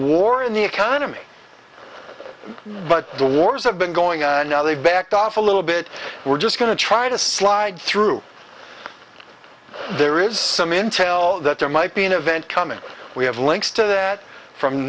war in the economy but the wars have been going on now they've backed off a little bit we're just going to try to slide through so there is some intel that there might be an event coming we have links to that from